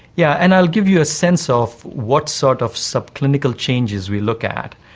yeah and i'll give you a sense of what sort of subclinical changes we look at.